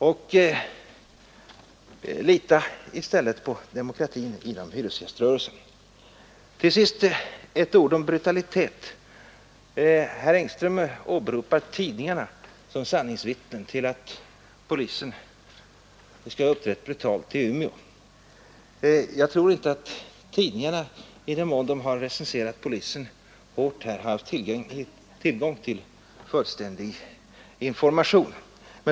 Till sist vill jag säga något om polisens påstådda brutalitet. Herr Engström åberopar tidningarna som sanningsvittnen till att polisen skulle ha uppträtt brutalt i Umeå. Jag tror inte att tidningarna, i den mån de har recenserat polisen hårt här, har haft tillgång till fullständig information.